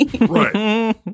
Right